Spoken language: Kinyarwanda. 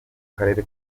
karere